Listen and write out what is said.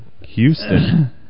Houston